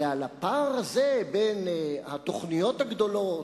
ועל הפער הזה בין התוכניות הגדולות,